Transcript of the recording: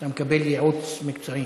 אתה מקבל ייעוץ מקצועי.